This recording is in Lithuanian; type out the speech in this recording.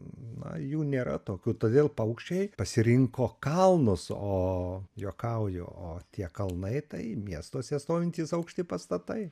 na jų nėra tokių todėl paukščiai pasirinko kalnus o juokauju o tie kalnai tai miestuose stovintys aukšti pastatai